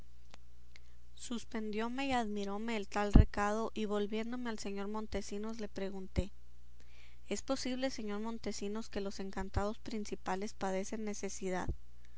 brevedad suspendióme y admiróme el tal recado y volviéndome al señor montesinos le pregunté es posible señor montesinos que los encantados principales padecen necesidad